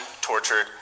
tortured